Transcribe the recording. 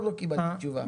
עוד לא קיבלתי תשובה.